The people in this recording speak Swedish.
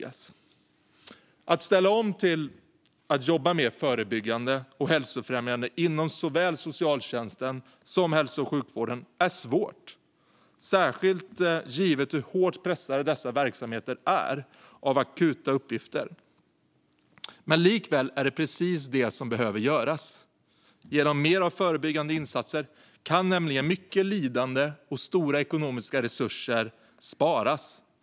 Att ställa om till att jobba mer förebyggande och hälsofrämjande inom såväl socialtjänsten som hälso och sjukvården är svårt, särskilt givet hur hårt pressade dessa verksamheter är av akuta uppgifter, men likväl är det precis vad som behöver göras. Genom fler förebyggande insatser kan nämligen mycket lidande och stora ekonomiska resurser sparas.